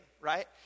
right